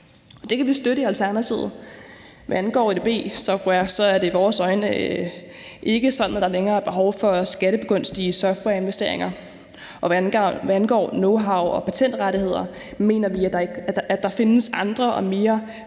Det kan vi støtte i Alternativet. Hvad angår edb-software, er det i vores øjne ikke sådan, at der længere er behov for at skattebegunstige softwareinvesteringer, og hvad angår knowhow og patientrettigheder, mener vi, at der findes andre og mere